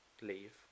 leave